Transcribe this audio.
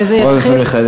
חברת הכנסת מיכאלי,